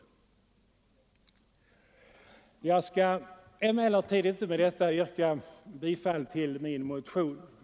Jag skall emellertid med detta inte yrka bifall till min motion.